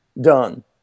done